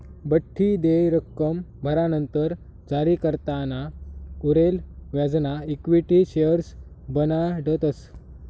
बठ्ठी देय रक्कम भरानंतर जारीकर्ताना उरेल व्याजना इक्विटी शेअर्स बनाडतस